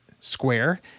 square